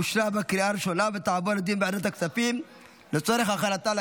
לוועדת הכספים נתקבלה.